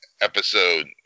episode